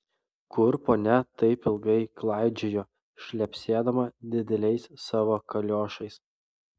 kur ponia taip ilgai klaidžiojo šlepsėdama dideliais savo kaliošais